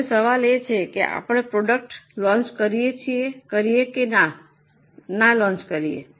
હવે સવાલ એ છે કે આપણે પ્રોડક્ટ લોન્ચ કરીએ કે ના લોન્ચ કરીએ